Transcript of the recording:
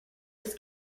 was